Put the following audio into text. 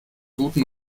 guten